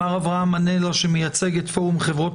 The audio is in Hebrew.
מר אברהם מנלה שמייצג את פורום חברות